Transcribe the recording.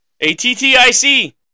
A-T-T-I-C